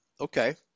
Okay